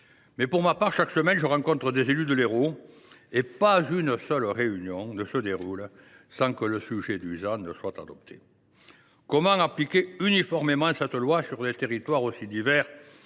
faire. Cela étant, chaque semaine, je rencontre les élus de l’Hérault, et pas une réunion ne se déroule sans que le sujet soit abordé. Comment appliquer uniformément cette loi à des territoires aussi divers